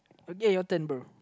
okay your turn bro